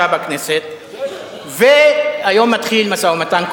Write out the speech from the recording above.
בכנסת והיום מתחיל משא-ומתן קואליציוני,